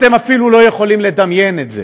אתם אפילו לא יכולים לדמיין את זה.